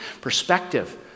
perspective